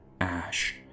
ash